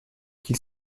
qu’il